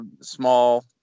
small